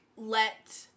let